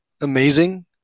amazing